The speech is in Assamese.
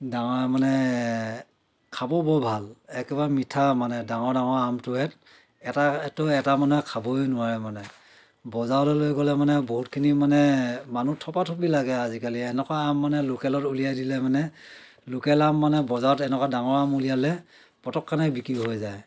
ডাঙৰ মানে খাবও বৰ ভাল একেবাৰে মিঠা মানে ডাঙৰ ডাঙৰ আমটোহেঁত এটা এইটো এটা মানুহে খাবই নোৱাৰে মানে বজাৰলৈ লৈ গ'লে মানে বহুতখিনি মানে মানুহ থপা থপি লাগে আজিকালি এনেকুৱা আম মানে লোকেলত উলিয়াই দিলে মানে লোকেল আম মানে বজাৰত এনেকুৱা ডাঙৰ আম উলিয়ালে পটক কেনে বিক্ৰী হৈ যায়